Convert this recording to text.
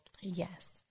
Yes